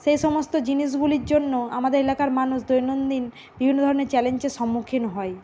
সেই সমস্ত জিনিসগুলির জন্য আমাদের এলাকার মানুষ দৈনন্দিন বিভিন্ন ধরনের চ্যালেঞ্জের সম্মুখীন হয়